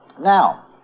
Now